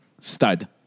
Stud